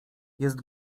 jest